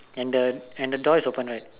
and the and the door is open right